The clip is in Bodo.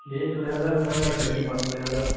दे सय हाजार होबानो जागोन दे होनबा